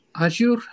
Azure